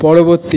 পরবর্তী